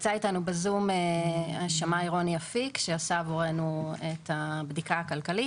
ונמצא איתנו בזום השמאי רוני אפיק שעשה עבורנו את הבדיקה הכלכלית.